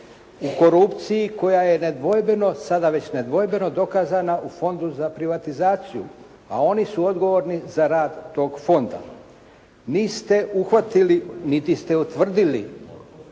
u korupciji koja je nedvojbeno, sada već nedvojbeno dokazana u Fondu za privatizaciju, a oni su odgovorni za rad tog fonda. Niste uhvatili niti ste utvrdili